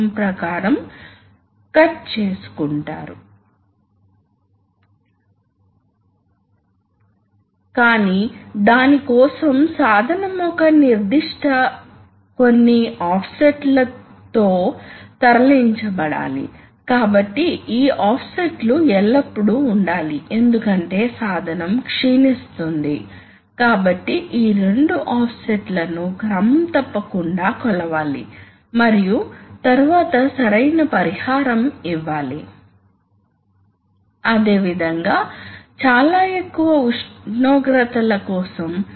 కాబట్టి ఇప్పుడు fed back తిరిగి ఇవ్వబడుతుంది కాబట్టి ఇప్పుడు ఈ ప్రెషర్ ఉన్నప్పుడు మీరు ఈ ప్రెషర్ ని విడుదల చేస్తే అప్పుడు ఈ భాగం వెంటనే ఎగ్జాస్ట్ కు అనుసంధానించబడుతుంది మరియు ఇక్కడ ప్రెషర్ ఉన్నందున ఈ షటిల్ నెట్టబడుతుంది మరియు అది ఈ పొజిషన్ కి వస్తుంది ఆపై ఈ ప్రెషర్ కూడా దీని ద్వారా వెళ్లి వాల్వ్ ను ఈ పొజిషన్ లో ఉంచుతుంది ఇది స్ప్రింగ్ లోడెడ్ వాల్వ్ అని గమనించండి